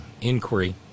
inquiry